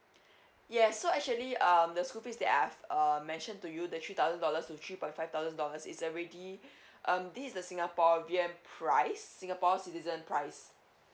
yes so actually um the school fees that I've um mentioned to you the three thousand dollars to three point five thousand dollars it's already um this is a singaporean price singapore citizen price